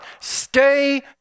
stay